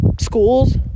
schools